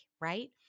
right